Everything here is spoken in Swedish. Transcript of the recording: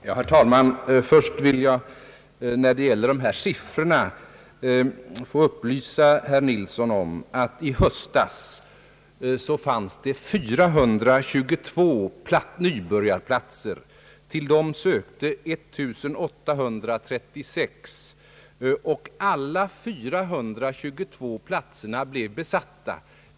Herr talman! Först vill jag när det gäller de här siffrorna få upplysa herr Nilsson om att det i höstas fanns 422 nybörjarplatser. Till dem var det 1 836 sökande, och alla 422 platserna blev besatta.